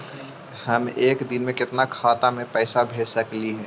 हम एक दिन में कितना खाता में पैसा भेज सक हिय?